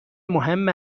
مهم